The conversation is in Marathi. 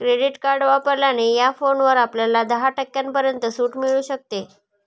क्रेडिट कार्ड वापरल्याने या फोनवर आपल्याला दहा टक्क्यांपर्यंत सूट मिळू शकते